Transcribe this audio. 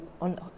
on